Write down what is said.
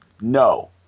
No